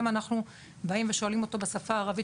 גם אם אנחנו שואלים אותו בשפה הערבית,